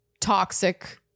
toxic